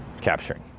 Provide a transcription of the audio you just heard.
capturing